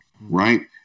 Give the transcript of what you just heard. Right